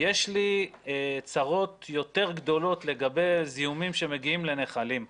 שיש לי צרות יותר גדולות לגבי זיהומים שמגיעים לנחלים כרגע.